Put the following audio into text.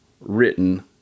written